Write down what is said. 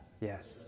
Yes